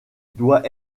doit